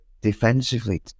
defensively